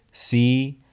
see,